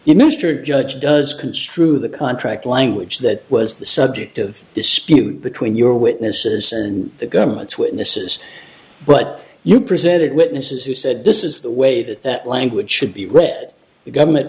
mr judge does construe the contract language that was the subject of dispute between your witnesses and the government's witnesses but you presented witnesses who said this is the way that that language should be read the government